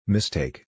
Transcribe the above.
Mistake